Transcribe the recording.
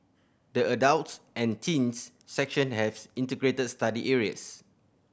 the adults and teens section have integrated study areas